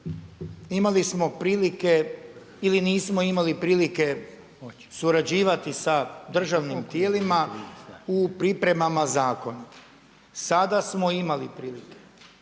imali smo prilike ili nismo imali prilike surađivati sa državnim tijelima u pripremama zakona. Sada smo imali prilike.